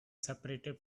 separated